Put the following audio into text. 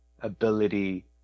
ability